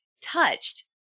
touched